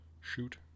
shoot